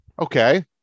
Okay